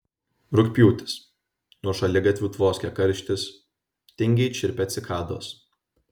rugpjūtis nuo šaligatvių tvoskia karštis tingiai čirpia cikados